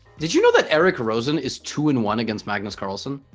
did you know that eric rosen is two in one against magnus carlsen